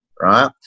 right